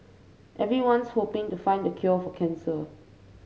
everyone's hoping to find the cure for cancer